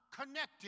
connected